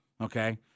Okay